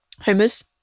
Homer's